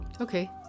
okay